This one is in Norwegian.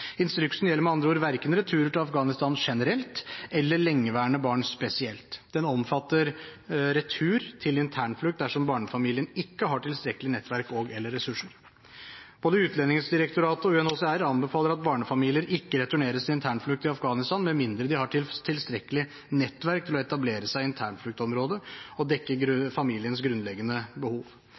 Instruksen gjelder med andre ord verken returer til Afghanistan generelt, eller lengeværende barn spesielt. Den omfatter retur til internflukt dersom barnefamilien ikke har tilstrekkelig nettverk og/eller ressurser. Både Utlendingsdirektoratet og UNHCR anbefaler at barnefamilier ikke returneres til internflukt i Afghanistan med mindre de har tilstrekkelig nettverk til å etablere seg i internfluktområdet og dekke familiens grunnleggende behov.